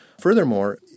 Furthermore